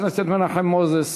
חבר הכנסת מנחם מוזס,